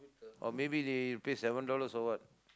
or maybe they pay seven dollars or what